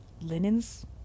linens